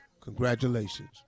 Congratulations